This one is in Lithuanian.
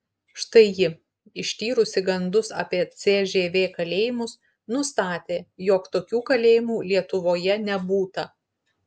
štai ji ištyrusi gandus apie cžv kalėjimus nustatė jog tokių kalėjimų lietuvoje nebūta